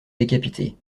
décapité